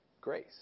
Grace